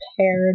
paired